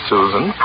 Susan